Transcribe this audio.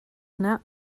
not